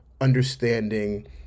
understanding